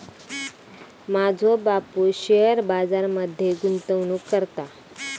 माझो बापूस शेअर बाजार मध्ये गुंतवणूक करता